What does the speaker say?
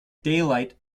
daylight